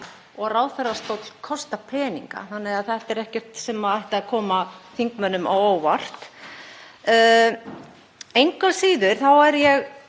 og ráðherrastóll kostar peninga, þannig að þetta er ekkert sem ætti að koma þingmönnum á óvart. Engu að síður er ég